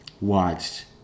watched